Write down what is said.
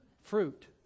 fruit